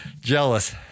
jealous